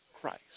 Christ